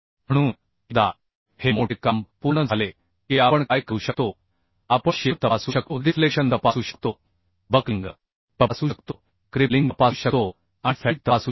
म्हणून एकदा हे मोठे काम पूर्ण झाले की आपण काय करू शकतो आपण शिअर तपासू शकतोडिफ्लेक्शन तपासू शकतो बक्लिंग तपासू शकतो क्रिपलिंग तपासू शकतो आणि फॅटिग तपासू शकतो